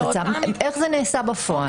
איך זה נעשה בפועל?